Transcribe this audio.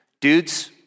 Dudes